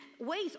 ways